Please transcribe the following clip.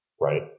right